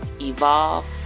evolve